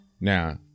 Now